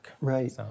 Right